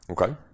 Okay